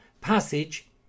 Passage